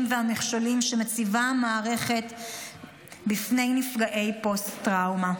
והמכשולים שמציבה המערכת בפני נפגעי פוסט-טראומה.